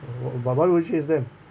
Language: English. you baba always chase them